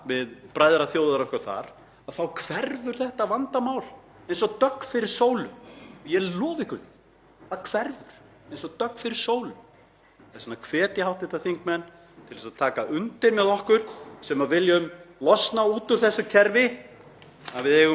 Þess vegna hvet ég hv. þingmenn til að taka undir með okkur sem viljum losna út úr þessu kerfi, að við eigum að endurnýja aðildarumsóknina að Evrópusambandinu, klára hana og taka evru upp sem lögeyri á Íslandi.